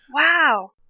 Wow